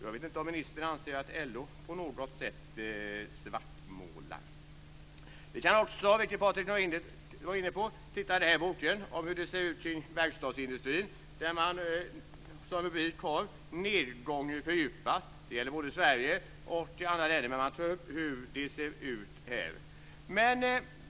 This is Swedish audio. Jag vet inte om ministern anser att LO på något sätt svartmålar. I den här boken som jag håller upp står det om hur det ser ut inom verkstadsindustrin, vilket också Patrik Norinder var inne på. En rubrik i boken lyder: Nedgången fördjupas. Det gäller både Sverige och andra länder.